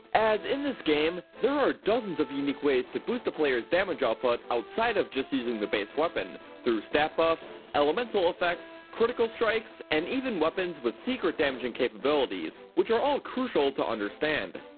as in this game, there are dozens of unique ways to boost a player's damage output outside of just using the base weapon, though stat buffs, elemental effects, critical strikes, and even weapons with secret damaging capabilities which are all crucial to understand.